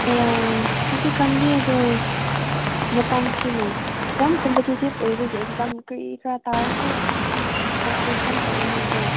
ꯍꯩꯌꯥ ꯍꯧꯖꯤꯛ ꯀꯥꯟꯗꯤ ꯑꯗꯣ ꯃꯇꯝꯁꯤꯅ ꯌꯥꯝ ꯀꯣꯝꯄꯤꯇꯤꯇꯤꯞ ꯑꯣꯏꯕꯒꯤ ꯑꯦꯛꯖꯥꯝ ꯀꯔꯤ ꯀꯔꯥ ꯇꯥꯔꯁꯨ ꯀꯔꯝ ꯇꯧꯒꯅꯤ ꯑꯗꯨ